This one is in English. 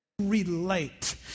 Relate